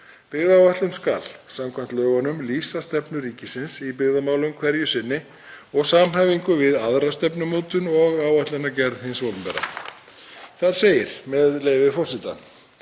Byggðaáætlun skal samkvæmt lögunum lýsa stefnu ríkisins í byggðamálum hverju sinni og samhæfingu við aðra stefnumótun og áætlanagerð hins opinbera. Þar segir, með leyfi forseta: